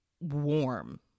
warm